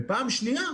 ופעם שנייה,